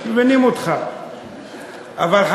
אבל,